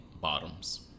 bottoms